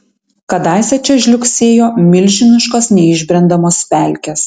kadaise čia žliugsėjo milžiniškos neišbrendamos pelkės